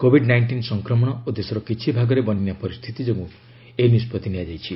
Covid nineteen ସଂକ୍ରମଣ ଓ ଦେଶର କିଛି ଭାଗରେ ବନ୍ୟା ପରିସ୍ଥିତି ଯୋଗୁଁ ଏହି ନିଷ୍ପଭି ନିଆଯାଇଛି